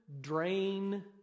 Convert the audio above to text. drain